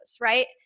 Right